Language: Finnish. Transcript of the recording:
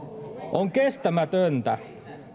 on kestämätöntä